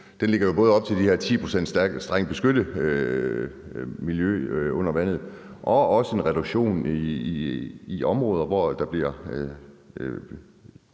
både lægger op til de her 10 pct.s strengt beskyttet miljø under vandet og også en reduktion i de områder, hvor der bliver